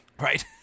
right